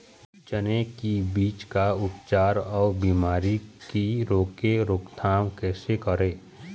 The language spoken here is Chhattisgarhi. चने की बीज का उपचार अउ बीमारी की रोके रोकथाम कैसे करें?